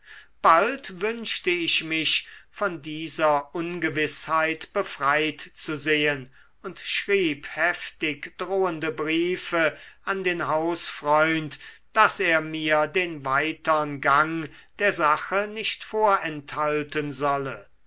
bald wünschte ich mich von dieser ungewißheit befreit zu sehen und schrieb heftig drohende briefe an den hausfreund daß er mir den weitern gang der sache nicht vorenthalten solle